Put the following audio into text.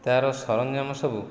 ତା'ର ସରଞ୍ଜାମ ସବୁ